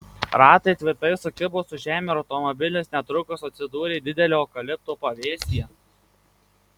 ratai tvirtai sukibo su žeme ir automobilis netrukus atsidūrė didelio eukalipto pavėsyje